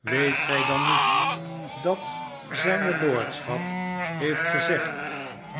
weet gij dan niet dat zijne lordschap heeft gezegd